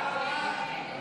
סעיף 16,